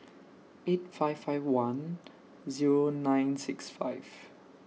eight five five one Zero nine six five